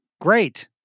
Great